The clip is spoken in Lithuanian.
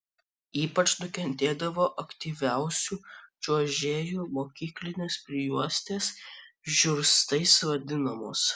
ypač nukentėdavo aktyviausių čiuožėjų mokyklinės prijuostės žiurstais vadinamos